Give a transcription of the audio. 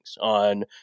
on